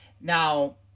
Now